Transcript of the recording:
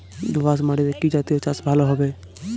দোয়াশ মাটিতে কি জাতীয় চাষ ভালো হবে?